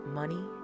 money